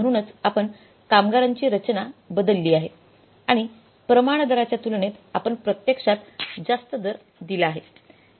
म्हणूनच आपण कामगारांची रचना बदलली आहे आणि प्रमाण दराच्या तुलनेत आपण प्रत्यक्षात जास्त दर दिला आहे